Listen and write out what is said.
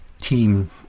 team